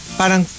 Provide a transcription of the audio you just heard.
parang